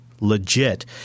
legit